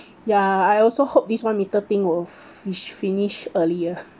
ya I also hope this one metre thing will fi~ finish early ah